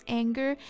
anger